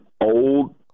old –